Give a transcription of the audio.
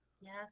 Yes